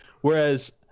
Whereas